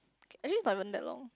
actually is not even that long